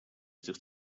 этих